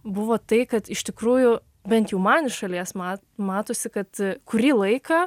buvo tai kad iš tikrųjų bent jau man į šalies mat matosi kad kurį laiką